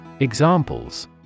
Examples